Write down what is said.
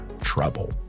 trouble